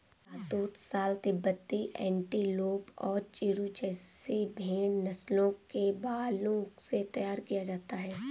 शहतूश shawl तिब्बती antelope और चिरु जैसी भेड़ नस्लों के बालों से तैयार किया जाता है